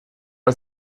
are